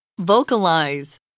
Vocalize